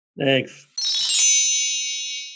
Thanks